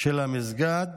של המסגד